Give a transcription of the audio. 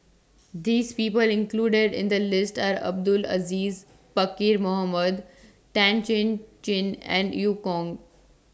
This People included in The list Are Abdul Aziz Pakkeer Mohamed Tan Chin Chin and EU Kong